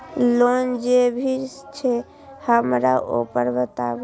Loan जे भी छे हमरा ऊपर बताबू?